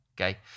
Okay